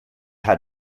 had